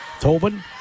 Tobin